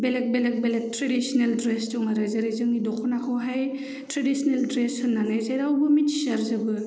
बेलेग बेलेग बेलगख ट्रेदिसनेल द्रेसफोर दं आरो जेरै जोंनि दखनाखौहाय ट्रेदिसनेल द्रेस होननानै जेरावबो मिथिसार जोबो